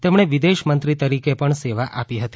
તેમણે વિદેશ મંત્રી તરીકે પણ સેવા આપી હતી